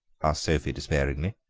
sophie despairingly.